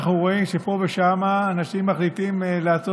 אנחנו רואים שפה ושם אנשים מחליטים לעשות